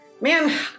man